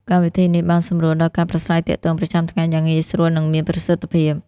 កម្មវិធីនេះបានសម្រួលដល់ការប្រាស្រ័យទាក់ទងប្រចាំថ្ងៃយ៉ាងងាយស្រួល និងមានប្រសិទ្ធភាព។